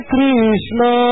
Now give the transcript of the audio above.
Krishna